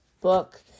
book